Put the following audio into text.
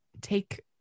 take